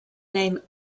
name